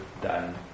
done